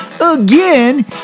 again